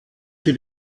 sie